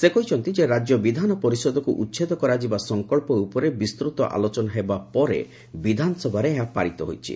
ସେ କହିଛନ୍ତି ଯେ ରାଜ୍ୟ ବିଧାନପରିଷଦକୁ ଉଚ୍ଛେଦ କରାଯିବା ସଂକଳ୍ପ ଉପରେ ବିସ୍ତୃତ ଆଲୋଚନା ହେବା ପରେ ବିଧାନସଭାରେ ଏହା ପାରିତ ହୋଇଛି